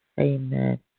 amen